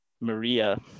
Maria